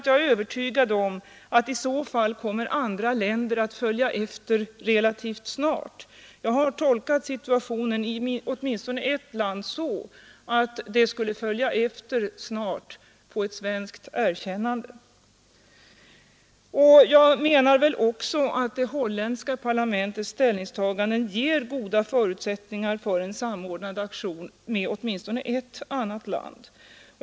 Jag är övertygad om att andra länder i så fall kommer att följa efter relativt snart. Jag har tolkat situationen i åtminstone ett land så att det snart skulle följa efter ett svenskt erkännande. Jag menar också att det holländska parlamentets ställningstagande ger goda förutsättningar för en samordnad aktion med åtminstone ett annat land.